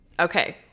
Okay